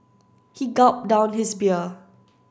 he gulped down his beer